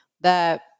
that-